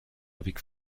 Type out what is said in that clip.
avec